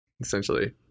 essentially